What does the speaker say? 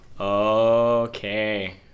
Okay